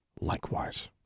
Likewise